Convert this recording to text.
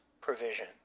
provision